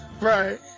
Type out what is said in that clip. Right